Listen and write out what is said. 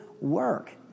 work